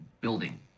building